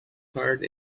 hard